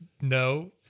No